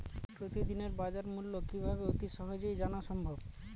প্রতিদিনের বাজারমূল্য কিভাবে অতি সহজেই জানা সম্ভব?